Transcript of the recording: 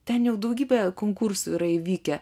ten jau daugybė konkursų yra įvykę